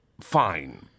fine